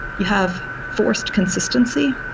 you have forced consistency.